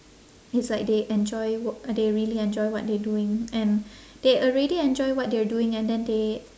it's like they enjoy work they really enjoy what they're doing and they already enjoy what they're doing and then they